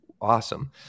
awesome